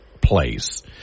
place